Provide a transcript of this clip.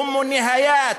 אֵם כל הַתְחָלוֹת,